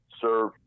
serve